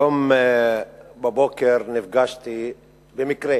היום בבוקר נפגשתי במקרה